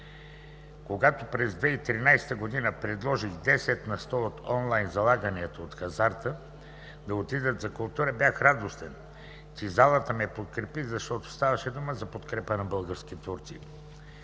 Когато през 2013 г. предложих 10 на сто от онлайн залаганията от хазарта да отидат за култура, бях радостен, че залата ме подкрепи, защото ставаше дума за подкрепа на български творци.